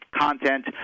content